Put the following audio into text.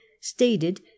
stated